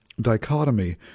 dichotomy